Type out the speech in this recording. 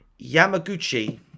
Yamaguchi